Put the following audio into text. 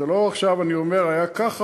זה לא שעכשיו אני אומר: היה ככה,